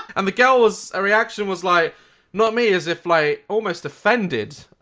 and the girl's ah reaction was like not me as if like. almost offended.